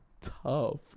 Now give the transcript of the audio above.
Tough